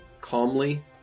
calmly